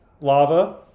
lava